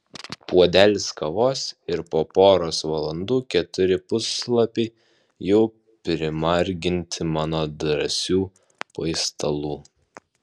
puodelis kavos ir po poros valandų keturi puslapiai jau primarginti mano drąsių paistalų